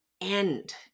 end